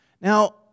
Now